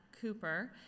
Cooper